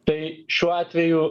tai šiuo atveju